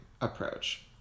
approach